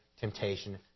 temptation